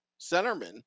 centerman